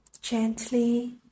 gently